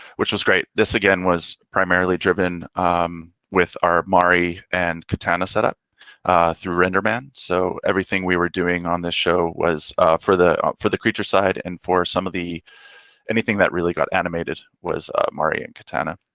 which was great. this again was primarily driven with our mari and katana setup through render man. so, everything we were doing on this show was for the for the creature side and for some of the anything that really got animated was mari and katana.